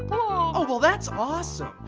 oh, well that's awesome,